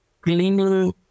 cleaning